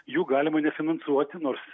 jų galima nefinansuoti nors